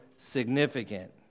significant